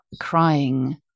crying